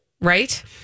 right